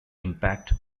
impact